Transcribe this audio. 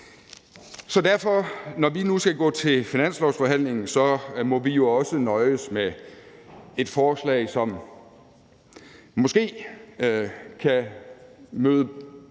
Så derfor må vi, når vi nu skal gå til finanslovsforhandlingen, jo også nøjes med et forslag, som måske kan møde